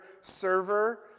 server